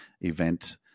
event